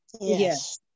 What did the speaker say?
Yes